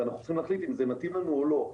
ואנחנו צריכים להחליט אם זה מתאים לנו או לא.